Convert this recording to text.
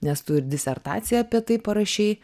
nes tu ir disertaciją apie tai parašei